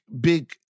big